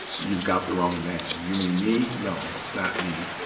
you've got the wrong man. you mean me? no. it's not me.